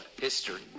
history